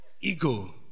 Ego